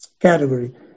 category